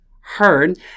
heard